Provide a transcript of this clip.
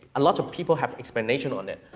a lot of people have explanations on it,